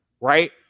right